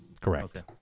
Correct